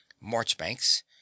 Marchbanks